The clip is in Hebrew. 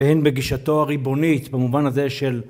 הן בגישתו הריבונית במובן הזה של